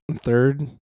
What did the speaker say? third